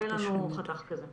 לא, אין לנו חתך כזה.